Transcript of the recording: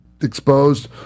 exposed